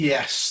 Yes